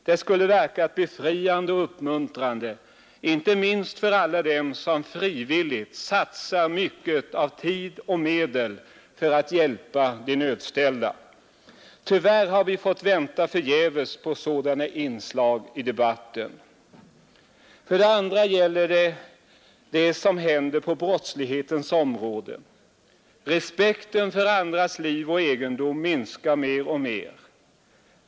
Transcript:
Det skulle verka befriande och uppmuntrande, inte minst för alla dem som frivilligt satsar mycket av tid och medel för att hjälpa de nödställda. Tyvärr har vi fått vänta förgäves på sådana inslag i debatten. För det andra tänker jag på vad som händer på brottslighetens område. Respekten för andras liv och egendom minskar mer och mer.